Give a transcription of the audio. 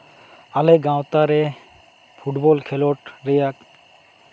ᱟᱞᱮ ᱜᱟᱶᱛᱟ ᱨᱮ ᱯᱷᱩᱴᱵᱚᱞ ᱠᱷᱮᱞᱳᱰ ᱨᱮᱭᱟᱜ